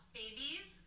babies